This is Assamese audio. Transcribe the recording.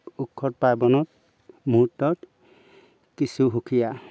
উৎসৱ পাৰ্বনত মুহূৰ্তত কিছু সুকীয়া